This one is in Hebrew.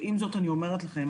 ועם זאת אני אומרת לכם,